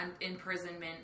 Imprisonment